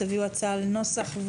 תביאו הצעה לנוסח,